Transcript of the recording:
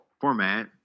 format